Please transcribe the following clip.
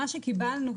ממה שקיבלנו,